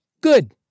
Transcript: good